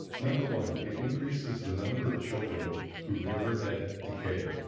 number one it increases the number of children who have never had decay.